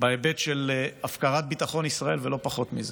בהיבט של הפקרת ביטחון ישראל, לא פחות מזה.